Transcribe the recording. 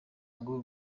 ngo